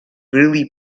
really